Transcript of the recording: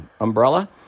umbrella